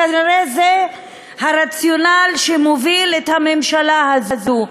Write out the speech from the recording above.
כנראה זה הרציונל שמוביל את הממשלה הזאת.